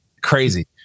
Crazy